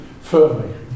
firmly